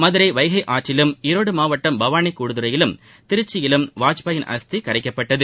மதுரை வைகை ஆற்றிலும் ஈரோடு மாவட்டம் பவானி கூடுதுறையிலும் திருச்சியிலும் வாஜ்பாயின் அஸ்தி கரைக்கப்பட்டது